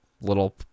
little